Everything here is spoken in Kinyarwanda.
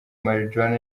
marijuana